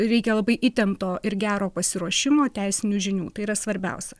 reikia labai įtempto ir gero pasiruošimo teisinių žinių tai yra svarbiausia